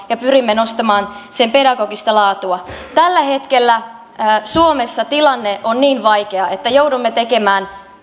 ja pyrimme nostamaan sen pedagogista laatua tällä hetkellä suomessa tilanne on niin vaikea että joudumme tekemään